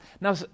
Now